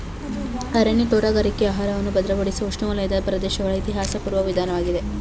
ಅರಣ್ಯ ತೋಟಗಾರಿಕೆಯು ಆಹಾರವನ್ನು ಭದ್ರಪಡಿಸುವ ಉಷ್ಣವಲಯದ ಪ್ರದೇಶಗಳ ಇತಿಹಾಸಪೂರ್ವ ವಿಧಾನವಾಗಿದೆ